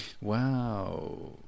wow